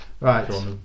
right